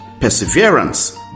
perseverance